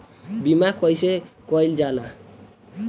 बीमा कइसे कइल जाला?